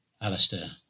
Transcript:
alistair